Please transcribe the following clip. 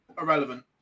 irrelevant